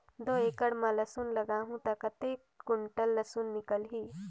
दो एकड़ मां लसुन लगाहूं ता कतेक कुंटल लसुन निकल ही?